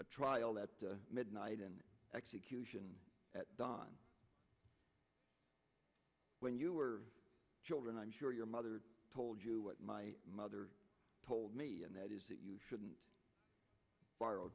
a trial that midnight and execution at dawn when you are children i'm your mother told you what my mother told me and that is that you shouldn't borrow